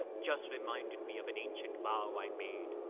just reminded me of an ancient vow i made.